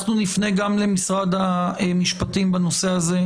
אנחנו נפנה גם למשרד המשפטים בנושא הזה,